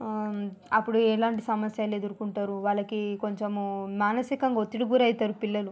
అప్పుడు ఎలాంటి సమస్యలు ఎదురుకుంటారు వాళ్ళకి కొంచెము మానసికంగా ఒత్తిడి గురైతారు పిల్లలు